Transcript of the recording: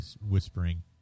whispering